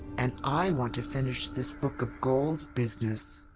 and i want to finish this book of gold business.